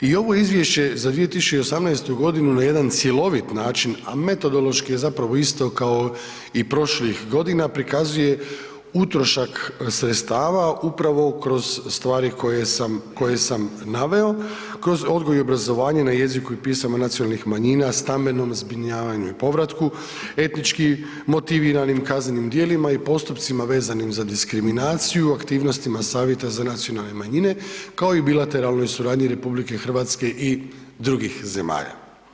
I ovo Izvješće za 2018. g. na jedan cjelovit način, a metodološki je zapravo isto kao i prošlih godina, prikazuje utrošak sredstava upravo kroz stvari koje sam naveo, kroz odgoj i obrazovanje na jeziku i pisama nacionalnih manjina, stambenu zbrinjavanju i povratku, etnički motiviranim kaznenim djelima i postupcima vezanim za diskriminaciju, aktivnostima Savjeta za nacionalne manjine, kao i bilateralnoj suradnji RH i drugih zemalja.